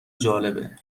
جالبه